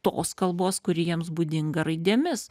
tos kalbos kuri jiems būdinga raidėmis